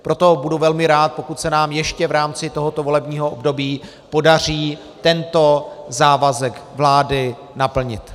Proto budu velmi rád, pokud se nám ještě v rámci tohoto volebního období podaří tento závazek vlády naplnit.